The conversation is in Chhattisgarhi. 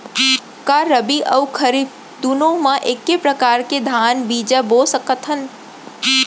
का रबि अऊ खरीफ दूनो मा एक्के प्रकार के धान बीजा बो सकत हन?